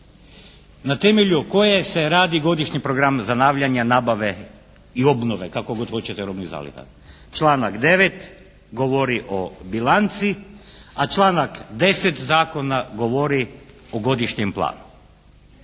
na temelju koje se radi godišnji program zanavljanja nabave i obnove, kako god hoćete, robnih zaliha. Članak 9. govori o bilanci, a članak 10. zakona govori o godišnjem planu